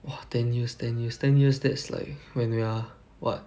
!wah! ten years ten years ten years that's like when we are what